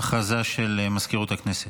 הודעה למזכירות הכנסת.